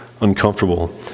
uncomfortable